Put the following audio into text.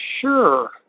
Sure